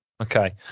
Okay